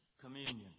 communion